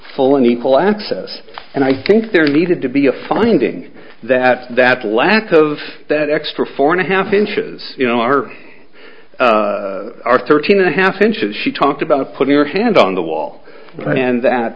full and equal access and i think there are needed to be a finding that that lack of that extra four and a half inches you know are are thirteen and a half inches she talked about putting her hand on the wall and